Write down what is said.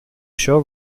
show